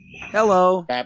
Hello